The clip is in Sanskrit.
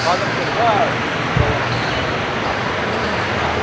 स्वादं कृत्वा भवान् हा हा हा